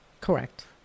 Correct